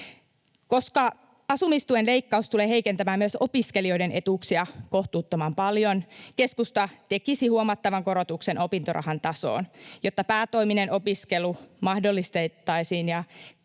Koska asumistuen leikkaus tulee heikentämään myös opiskelijoiden etuuksia kohtuuttoman paljon, keskusta tekisi huomattavan korotuksen opintorahan tasoon, jotta päätoiminen opiskelu mahdollistettaisiin ja